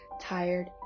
tired